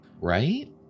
right